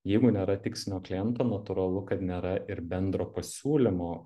jeigu nėra tikslinio kliento natūralu kad nėra ir bendro pasiūlymo